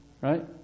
Right